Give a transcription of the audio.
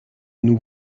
nous